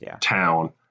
town